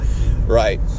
Right